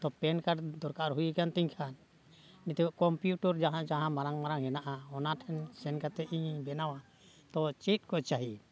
ᱛᱚ PAN card ᱫᱚᱨᱠᱟᱨ ᱦᱩᱭ ᱠᱟᱱ ᱛᱤᱧ ᱠᱷᱟᱱ ᱱᱤᱛᱳᱜ ᱠᱚᱢᱯᱤᱭᱩᱴᱟᱨ ᱡᱟᱦᱟᱸ ᱡᱟᱦᱟᱸ ᱢᱟᱨᱟᱝ ᱢᱟᱨᱟᱝ ᱦᱮᱱᱟᱜᱼᱟ ᱚᱱᱟ ᱴᱷᱮᱱ ᱥᱮᱱ ᱠᱟᱛᱮᱫ ᱤᱧᱤᱧ ᱵᱮᱱᱟᱣᱟ ᱛᱚ ᱪᱮᱫ ᱠᱚ ᱪᱟᱹᱦᱤ